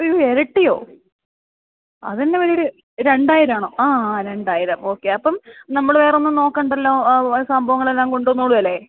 അയ്യോ ഇരട്ടിയോ അത് എന്ത് പരിപാടി രണ്ടായിരം ആണോ ആഹ് രണ്ടായിരം ഓക്കെ അപ്പം നമ്മൾ വേറൊന്നും നോക്കണ്ടല്ലോ സംഭവങ്ങളെല്ലാം കൊണ്ടുവന്നോളും അല്ലേ